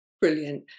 Brilliant